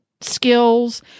skills